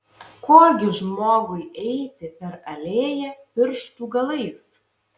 ko gi žmogui eiti per alėją pirštų galais